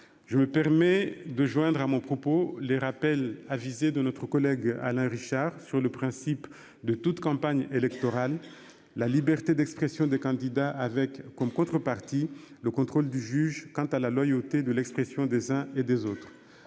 Je me permets de joindre à mon propos les rappels à de notre collègue Alain Richard sur le principe de toute campagne électorale la liberté d'expression des candidats, avec comme contrepartie, le contrôle du juge. Quant à la loyauté de l'expression des uns et des autres.